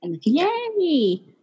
Yay